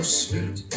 sweet